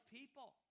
people